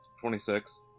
Twenty-six